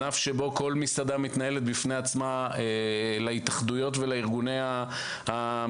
זה ענף שבו כל מסעדה מתנהלת בפני עצמה להתאחדויות ולארגוני המסעדנים.